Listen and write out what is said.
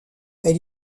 elle